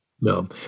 no